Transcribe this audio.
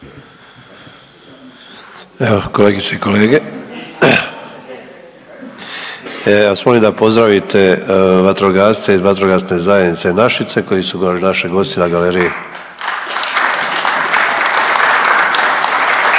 Evo kolegice i kolege ja vas molim da pozdravite vatrogasce iz Vatrogasne zajednice Našice koji su naši gosti na galeriji